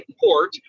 port